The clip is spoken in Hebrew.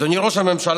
אדוני ראש הממשלה,